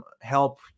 help